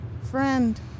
friend